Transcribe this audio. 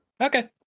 Okay